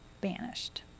banished